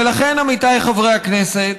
ולכן, עמיתיי חברי הכנסת,